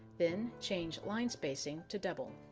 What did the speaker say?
then change line spacing to double.